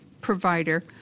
provider